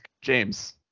James